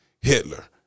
Hitler